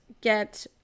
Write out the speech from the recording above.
get